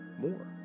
more